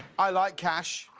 i like cash.